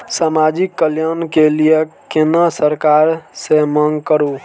समाजिक कल्याण के लीऐ केना सरकार से मांग करु?